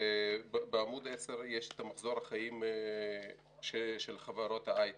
בעמוד 10 יש מחזור החיים של חברת ההיי-טק.